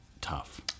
tough